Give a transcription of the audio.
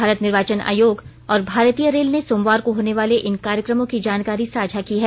भारत निर्वाचन आयोग और भारतीय रेल ने सोमवार को होने वाले इन कार्यक्रमों की जानकारी साझा की है